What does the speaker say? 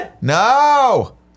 No